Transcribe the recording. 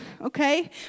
okay